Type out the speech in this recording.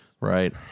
right